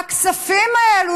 הכספים האלו,